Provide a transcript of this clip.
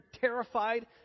terrified